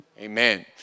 Amen